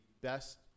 best